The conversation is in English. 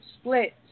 Split